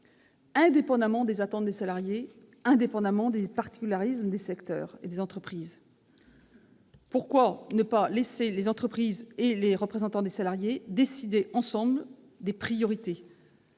indépendamment des attentes des salariés ou des particularismes des secteurs et des entreprises. Pourquoi ne pas laisser les entreprises et les représentants des salariés décider ensemble des priorités ?